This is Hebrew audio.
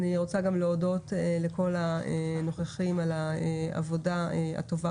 אני רוצה להודות לכל הנוכחים על העבודה הטובה